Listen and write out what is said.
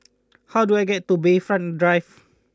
how do I get to Bayfront Drive